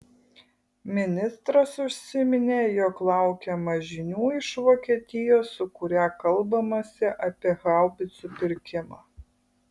ministras užsiminė jog laukiama žinių iš vokietijos su kuria kalbamasi apie haubicų pirkimą